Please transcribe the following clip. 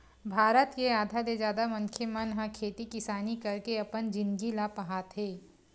भारत के आधा ले जादा मनखे मन ह खेती किसानी करके अपन जिनगी ल पहाथे